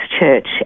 church